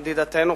ידידתנו,